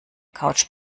couch